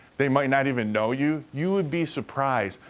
they might not even know you. you would be surprised.